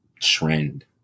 trend